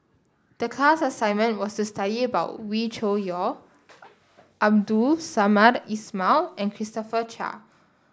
the class assignment was to study Wee Cho Yaw Abdul Samad Ismail and Christopher Chia